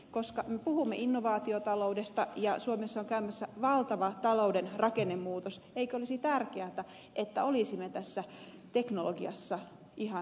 koska me puhumme innovaatiotaloudesta ja suomessa on käymässä valtava talouden rakennemuutos eikö olisi tärkeätä että olisimme tässä teknologiassa ihan huipulla